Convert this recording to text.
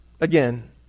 Again